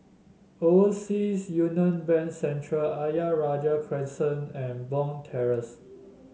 Overseas Union Bank Centre Ayer Rajah Crescent and Bond Terrace